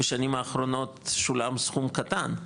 בשנים האחרונות שולם סכום קטן.